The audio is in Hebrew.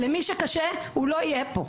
למי שקשה - הוא לא יהיה פה,